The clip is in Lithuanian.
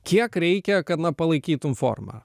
kiek reikia kad na palaikytum forma